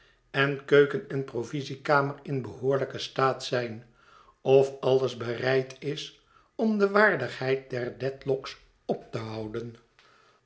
en keuken en provisiekamer in behoorlijken staat zijn of alles bereid is om de waardigheid der dedlock's op te houden